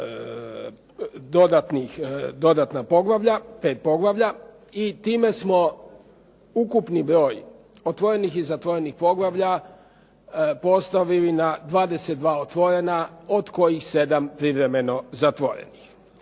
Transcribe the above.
dodatna poglavlja, pet poglavlja. I time smo ukupni broj otvorenih i zatvorenih poglavlja postavili na 22 otvorena od kojih 7 privremeno zatvorenih.